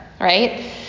right